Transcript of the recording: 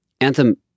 anthem